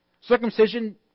Circumcision